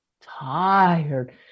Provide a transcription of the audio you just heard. tired